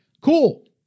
Cool